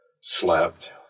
slept